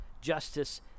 Justice